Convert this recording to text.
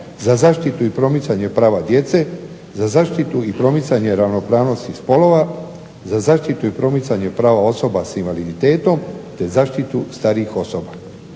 za zaštitu i promicanje prava djece, za zaštitu i promicanje ravnopravnosti spolova, za zaštitu i promicanje prava osobe sa invaliditetom, te zaštitu starijih osoba.